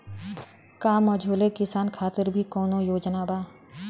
का मझोले किसान खातिर भी कौनो योजना बा?